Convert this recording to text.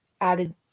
added